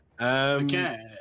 Okay